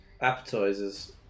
appetizers